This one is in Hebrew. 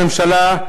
הממשלה,